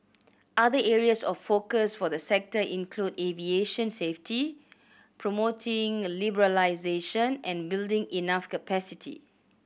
other areas of focus for the sector include aviation safety promoting liberalisation and building enough capacity